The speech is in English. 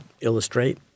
illustrate